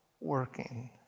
working